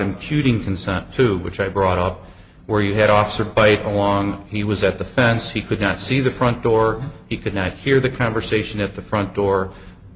imputing consent to which i brought up where you had officer by along he was at the fence he could not see the front door he could not hear the conversation at the front door